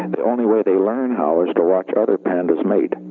and the only way they learn how ah to watch other pandas mate.